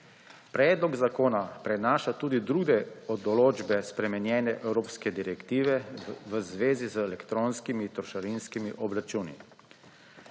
Predlog zakona prenaša tudi druge določbe spremenjene evropske direktive v zvezi z elektronskimi trošarinskimi obračuni.